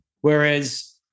Whereas